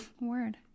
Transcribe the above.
Word